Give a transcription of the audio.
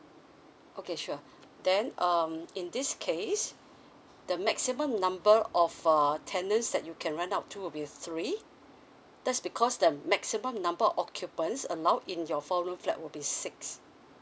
okay sure then um in this case the maximum number of err tenants that you can rent out to will be three that's because the maximum number occupants allowed in your four room flat would be six